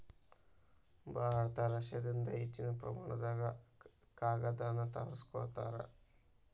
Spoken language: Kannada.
ಭಾರತ ರಷ್ಯಾದಿಂದ ಹೆಚ್ಚಿನ ಪ್ರಮಾಣದಾಗ ಕಾಗದಾನ ತರಸ್ಕೊತಾರ